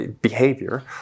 behavior